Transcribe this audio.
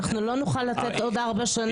לא נוכל לתת עוד ארבע שנים.